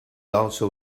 also